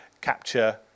capture